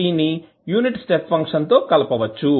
f ని unit step function తో కలపవచ్చు